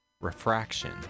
refraction